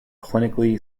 clinically